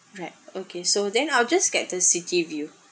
right okay so then I'll just get the city view